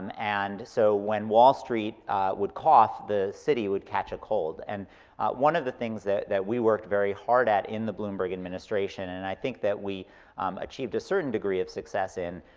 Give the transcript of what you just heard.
and and so when wall street would cough, the city would catch a cold. and one of the things that that we worked very hard at in the bloomberg administration and i think that we achieved a certain degree of success in,